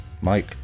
Mike